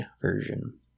version